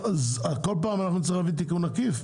בכל פעם נצטרך להביא תיקון עקיף?